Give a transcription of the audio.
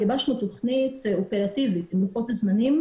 גיבשנו תכנית אופרטיבית עם לוחות זמנים